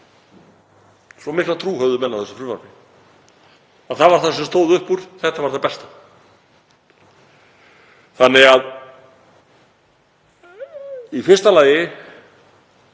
Svo mikla trú höfðu menn á þessu frumvarpi. Það var það sem stóð upp úr. Þetta var það besta. Í fyrsta lagi